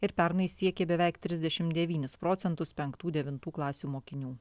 ir pernai siekė beveik trisdešimt devynis procentus penktų devintų klasių mokinių